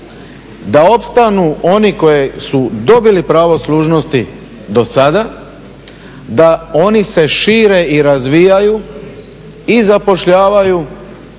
da opstanu oni koji su dobili pravo služnosti do sada, da oni se šire i razvijaju i zapošljavaju